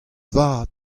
vat